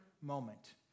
moment